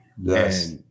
Yes